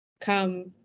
come